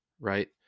right